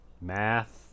math